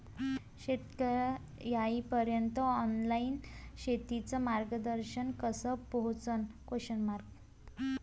शेतकर्याइपर्यंत ऑनलाईन शेतीचं मार्गदर्शन कस पोहोचन?